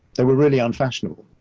they were really unfashionable.